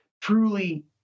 truly